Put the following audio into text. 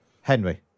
Henry